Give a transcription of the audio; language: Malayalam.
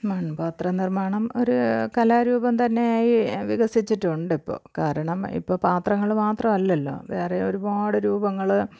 മണ്പാത്രനിര്മ്മാണം ഒരു കലാരൂപം തന്നെയായി വികസിച്ചിട്ടുണ്ട് ഇപ്പോൾ കാരണം ഇപ്പോൾ പാത്രങ്ങൾ മാത്രം അല്ലല്ലോ വേറേയും ഒരുപാട് രൂപങ്ങൾ